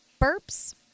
burps